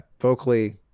vocally